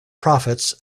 prophets